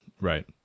Right